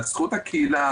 זכות הקהילה,